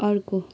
अर्को